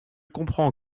comprends